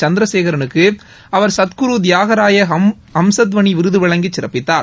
சந்திரசேனனுக்கு அவர் சத்குரு தியாகராய ஹம்சத்வனி விருது வழங்கிச் சிறப்பித்தார்